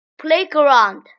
playground